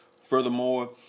Furthermore